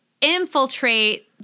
infiltrate